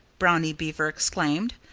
brownie beaver exclaimed.